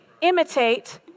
imitate